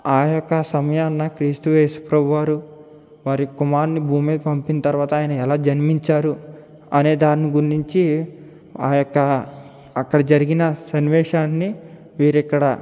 ఆయొక్క సమయాన క్రీస్తు ఏసు ప్రభువారు వారి కుమారున్ని భూమి మీద పంపిన తరువాత ఆయన ఎలా జన్మించారు అనే దాని గురించి ఆయొక్క అక్కడ జరిగిన సన్నివేశాన్ని వీరు ఇక్కడ